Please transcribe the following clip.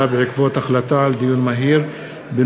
בעקבות דיון מהיר בהצעתו של חבר הכנסת חנא סוייד